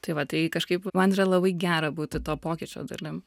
tai va tai kažkaip man yra labai gera būti to pokyčio dalim